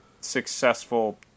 successful